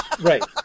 Right